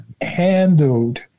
handled